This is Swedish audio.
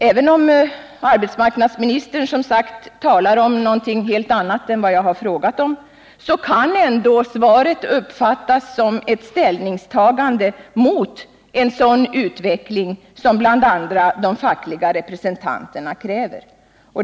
Även om arbetsmarknadsministern, som sagt, talar om annat, så kan ändå svaret uppfattas som ett ställningstagande emot en sådan utveckling som bl.a. de fackliga representanterna kräver.